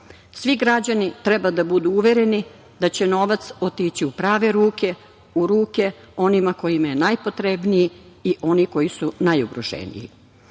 građani treba da budu uvereni da će novac otići u prave ruke, u ruke onima kojima je najpotrebniji i oni koji su najugroženiji.